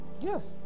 Yes